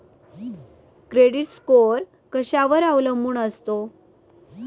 Credit score कशावर अवलंबून असतो?